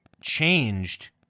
changed